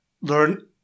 learn